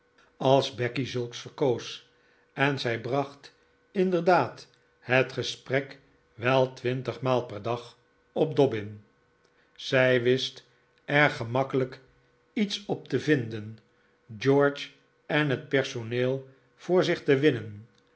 als becky zulks verkoos en zij bracht inderdaad het gesprek wel twintigmaal per dag op dobbin zij wist er gemakkelijk iets op te vinden george en het personeel voor zich te winnen